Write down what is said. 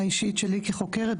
החוויה האישית שלי כחוקרת,